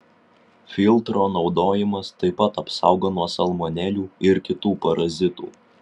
filtro naudojimas taip pat apsaugo nuo salmonelių ir kitų parazitų